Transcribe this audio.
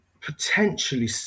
potentially